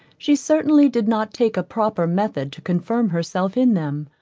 she certainly did not take a proper method to confirm herself in them.